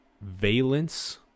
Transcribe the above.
valence